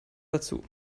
dazu